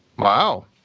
Wow